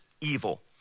evil